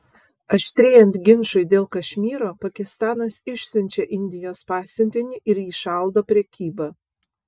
aštrėjant ginčui dėl kašmyro pakistanas išsiunčia indijos pasiuntinį ir įšaldo prekybą